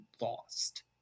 lost